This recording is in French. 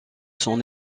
son